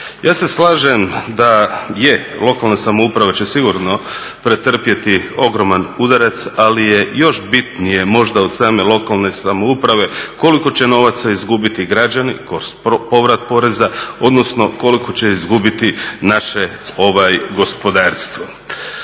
Ja se slažem da je, lokalna samouprava će sigurno pretrpjeti ogroman udarac. Ali je još bitnije možda od same lokalne samouprave koliko će novaca izgubiti građani kroz povrat poreza, odnosno koliko će izgubiti naše gospodarstvo.